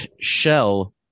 Shell